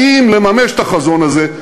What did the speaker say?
באים לממש את החזון הזה,